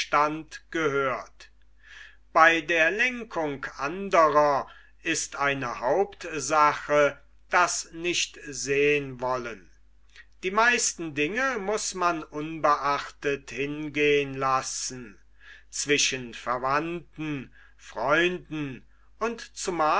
gehört bei der lenkung andrer ist eine hauptsache das nicht sehn wollen die meisten dinge muß man unbeachtet hingehn lassen zwischen verwandten freunden und